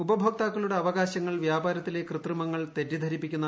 ഉപഭോക്താക്കളുടെ അവകാശങ്ങൾ വ്യാപാരത്തിലെ കൃത്രിമങ്ങൾ തെറ്റിദ്ധരിപ്പിക്കുന്നു